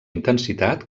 intensitat